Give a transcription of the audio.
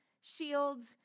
shields